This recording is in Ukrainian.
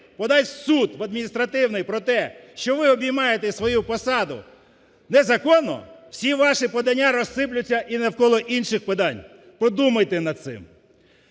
подасть в суд адміністративний про те, що ви обіймаєте свою посаду незаконно, всі ваші подання розсиплються і навколо інших подань. Подумайте над цим.